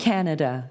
Canada